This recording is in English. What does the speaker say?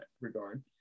regard